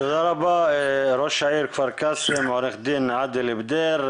תודה רבה ראש העיר כפר קאסם, עו"ד עאדל בדיר.